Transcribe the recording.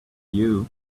you